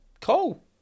cool